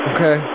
Okay